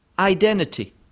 Identity